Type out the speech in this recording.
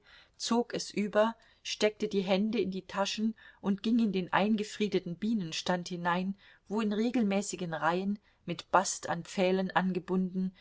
zog es über steckte die hände in die taschen und ging in den eingefriedigten bienenstand hinein wo in regelmäßigen reihen mit bast an pfählen angebunden